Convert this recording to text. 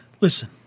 Listen